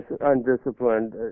undisciplined